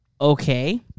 okay